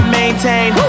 maintain